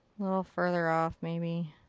little further off, maybe.